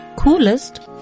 Coolest